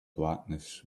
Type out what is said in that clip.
blackness